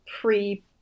pre